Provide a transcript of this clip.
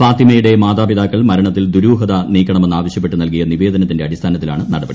ഫാത്തിമയുടെ മാതാപിതാക്കൾ ദുരൂഹത നീക്കണമെന്ന് ആവശ്യപ്പെട്ട് മരണത്തിൽ നൽകിയ നിവേദനത്തിന്റെ അടിസ്ഥാനത്തിലാണ് നടപടി